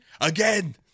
again